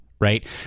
right